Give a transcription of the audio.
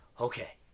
okay